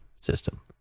system